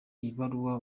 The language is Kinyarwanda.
ibaruwa